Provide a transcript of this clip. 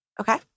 Okay